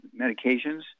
medications